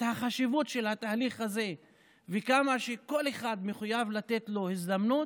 החשיבות של התהליך הזה וכמה שכל אחד מחויב לתת לו הזדמנות,